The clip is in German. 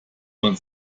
man